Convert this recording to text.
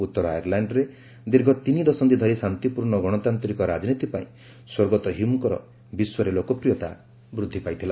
ଉତ୍ତର ଆୟାରଲାଣ୍ଡ୍ରେ ଦୀର୍ଘ ତିନିଦଶନ୍ଧି ଧରି ଶାନ୍ତିପୂର୍ଣ୍ଣ ଗଣତାନ୍ତିକ ରାଜନୀତି ପାଇଁ ସ୍ୱର୍ଗତ ହ୍ୟମ୍ଙ୍କର ବିଶ୍ୱରେ ଲୋକପ୍ରିୟତା ବୃଦ୍ଧି ପାଇଥିଲା